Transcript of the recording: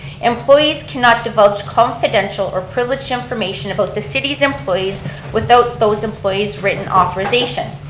employees can not divulge confidential or privileged information about the city's employees without those employees' written authorization.